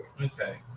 Okay